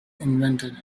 invented